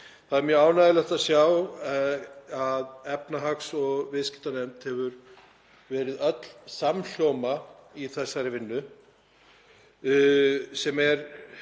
Það er mjög ánægjulegt að sjá að efnahags- og viðskiptanefnd hefur verið öll samhljóma í þessari vinnu sem er